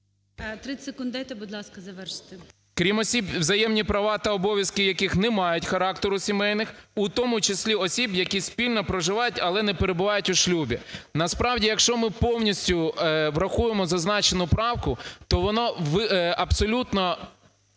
30 секунд, дайте, будь ласка, завершити. ГОЛУБ В.В. "… крім осіб, взаємні права та обов'язки яких не мають характеру сімейних), у тому числі осіб, які спільно проживають, але не перебувають у шлюбі". Насправді, якщо ми повністю врахуємо зазначену правку, то воно абсолютно